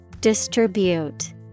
Distribute